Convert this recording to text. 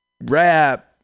rap